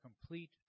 complete